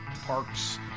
parks